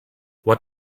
what